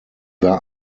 war